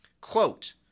Quote